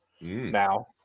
now